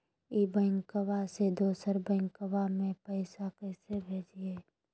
ई बैंकबा से दोसर बैंकबा में पैसा कैसे भेजिए?